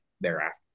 thereafter